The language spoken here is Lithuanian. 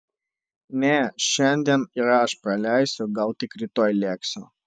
ne šiandien ir aš praleisiu gal tik rytoj lėksiu